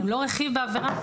הן לא רכיב בעבירה,